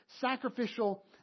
sacrificial